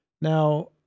Now